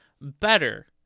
better